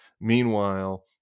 meanwhile